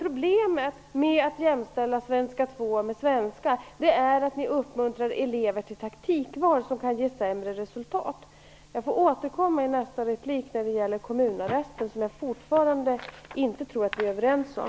Problemet med att jämställa svenska 2 med svenska är att ni uppmuntrar elever till taktikval, vilket kan leda till sämre resultat. I nästa replik får jag återkomma till kommunarresten, som vi nog fortfarande inte är överens om.